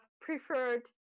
preferred